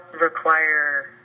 require